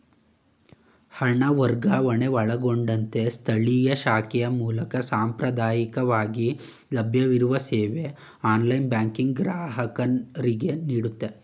ಹಣ ವರ್ಗಾವಣೆ ಒಳಗೊಂಡಂತೆ ಸ್ಥಳೀಯ ಶಾಖೆಯ ಮೂಲಕ ಸಾಂಪ್ರದಾಯಕವಾಗಿ ಲಭ್ಯವಿರುವ ಸೇವೆ ಆನ್ಲೈನ್ ಬ್ಯಾಂಕಿಂಗ್ ಗ್ರಾಹಕರಿಗೆನೀಡುತ್ತೆ